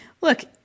look